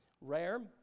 rare